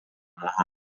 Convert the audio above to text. ha